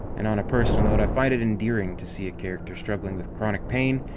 and on a personal note, i find it endearing to see a character struggling with chronic pain,